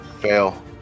Fail